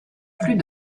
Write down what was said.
plus